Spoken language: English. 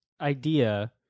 idea